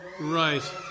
Right